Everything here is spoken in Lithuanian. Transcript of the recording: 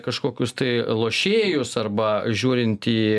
kažkokius tai lošėjus arba žiūrint į